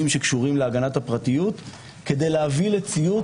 שקשורים להגנת הפרטיות כדי להביא לציות,